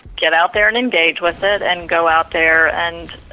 get out there and engage with it, and go out there and,